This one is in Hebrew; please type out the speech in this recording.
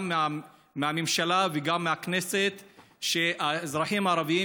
מהממשלה וגם מהכנסת שהאזרחים הערבים,